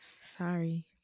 Sorry